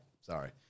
sorry